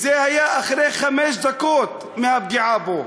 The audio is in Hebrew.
זה היה אחרי חמש דקות מהפגיעה בו,